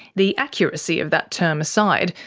the accuracy of that term aside,